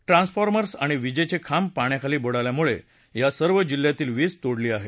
transformers आणि विजेचे खांब पाण्याखाली बुडाल्यामुळे या सर्व जिल्ह्यातील विज तोडली आहे